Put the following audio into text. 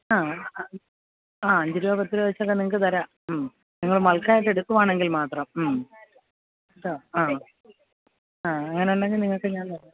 ആ ആ അഞ്ച് രൂപ പത്ത് രൂപ വച്ചൊക്കെ നിങ്ങള്ക്ക് തരാം ഉം നിങ്ങൾ ബൾക്കായിട്ട് എടുക്കുവാണെങ്കിൽ മാത്രം ഉം ആ ആ അങ്ങനെയുണ്ടെങ്കില് നിങ്ങള്ക്ക് ഞാൻ തരാം